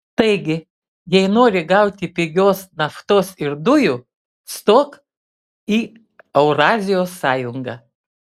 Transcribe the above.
taigi jei nori gauti pigios naftos ir dujų stok į eurazijos sąjungą